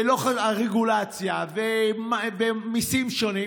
רגולציה ומיסים שונים,